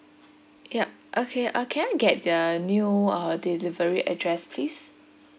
yup okay uh can I get the new uh delivery address please